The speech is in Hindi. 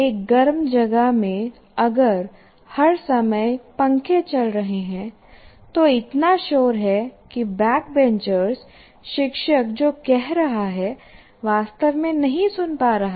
एक गर्म जगह में अगर हर समय पंखे चल रहे हैं तो इतना शोर है कि बैकबेंचर्स शिक्षक जो कह रहा है वास्तव में नहीं सुन पा रहा